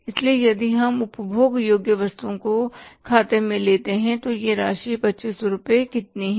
इसलिए यदि हम उपभोग योग्य वस्तुओं को खाते में लेते हैं तो यह राशि 2500 कितनी है